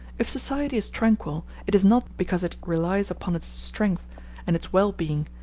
if society is tranquil, it is not because it relies upon its strength and its well-being,